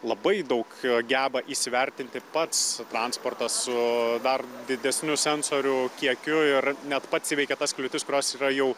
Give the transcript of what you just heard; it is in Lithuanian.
labai daug geba įsivertinti pats transportas su dar didesniu sensorių kiekiu ir net pats įveikia tas kliūtis kurios yra jau